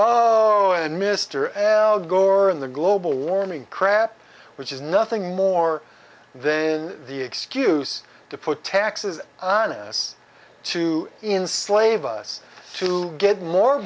o and mr al gore in the global warming crap which is nothing more then the excuse to put taxes arness to enslave us to get more